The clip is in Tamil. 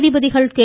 நீதிபதிகள் கே